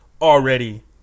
already